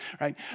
right